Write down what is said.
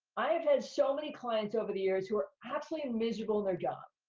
i've had so many clients over the years who are absolutely miserable in their job,